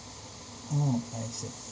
oh I see